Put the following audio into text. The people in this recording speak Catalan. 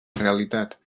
realitat